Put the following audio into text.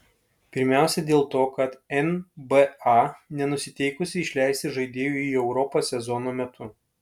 pirmiausia dėl to kad nba nenusiteikusi išleisti žaidėjų į europą sezono metu